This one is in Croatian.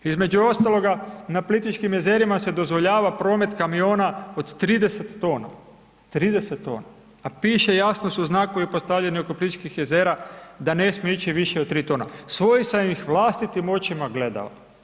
Između ostaloga, na Plitvičkim jezerima se dozvoljava promet kamiona od 30 tona, 30 tona, a piše, jasno su znakovi postavljeni oko Plitvičkih jezera da ne smije ići više od 3 tone, svojih sam ih vlastitim očima gledao.